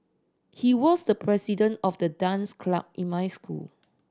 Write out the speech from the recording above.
he was the president of the dance club in my school